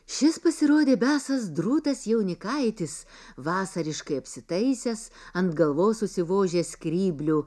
šis pasirodė besąs drūtas jaunikaitis vasariškai apsitaisęs ant galvos užsivožęs skryblių